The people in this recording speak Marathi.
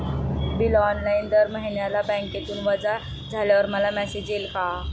बिल ऑनलाइन दर महिन्याला बँकेतून वजा झाल्यावर मला मेसेज येईल का?